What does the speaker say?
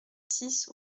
six